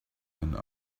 and